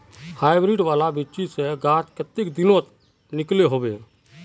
Hybrid वाला बिच्ची से गाछ कते दिनोत निकलो होबे?